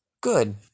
Good